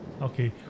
okay